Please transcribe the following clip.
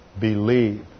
believe